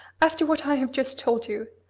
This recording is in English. after what i have just told you,